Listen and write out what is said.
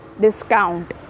Discount